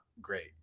great